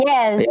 Yes